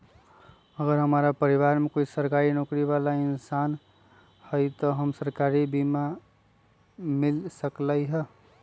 अगर हमरा परिवार में कोई सरकारी नौकरी बाला इंसान हई त हमरा सरकारी बीमा मिल सकलई ह?